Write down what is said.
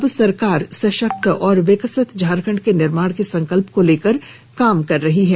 अब सरकार सशक्त और विकसित झारखंड के निर्माण के संकल्प को लेकर काम कर रही हैं